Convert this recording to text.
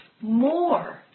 more